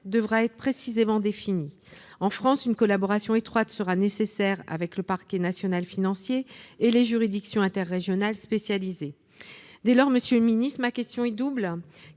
devra être précisément définie. En France, une collaboration étroite sera nécessaire avec le parquet national financier et les juridictions interrégionales spécialisées. Dès lors, monsieur le ministre, ma question est double